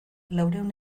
laurehun